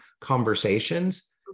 conversations